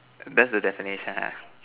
that's the definition